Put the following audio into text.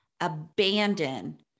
abandon